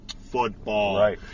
football